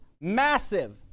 massive